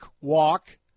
walk